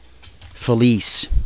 Felice